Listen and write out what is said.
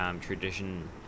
tradition